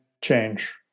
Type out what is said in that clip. change